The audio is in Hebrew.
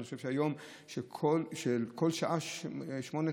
שכל שעה יש שמונה תאונות.